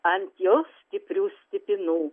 ant jos stiprių stipinų